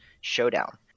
showdown